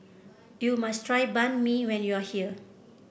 you must try Banh Mi when you are here